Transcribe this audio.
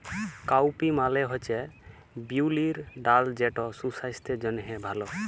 cowpea মালে হছে বিউলির ডাল যেট সুসাস্থের জ্যনহে ভাল